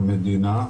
מהמדינה.